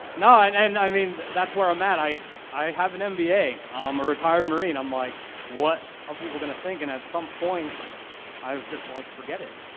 no and and i mean that's where i'm at, i i have an mba. i'm a um retired marine, i'm like what are people gonna think, and at some point i was just like, forget it.